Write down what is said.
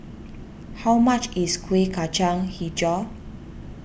how much is Kuih Kacang HiJau